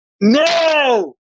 No